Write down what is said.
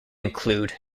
include